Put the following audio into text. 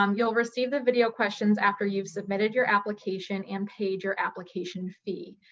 um you'll receive the video questions after you've submitted your application and paid your application fee.